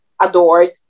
adored